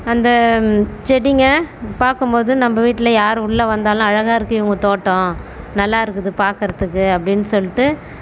அந்த செடிங்க பார்க்கும் போது நம்ப வீட்டில் யார் உள்ளே வந்தாலும் அழகாக இருக்குது இவங்க தோட்டம் நல்லா இருக்குது பார்க்குறதுக்கு அப்படின்னு சொல்லிவிட்டு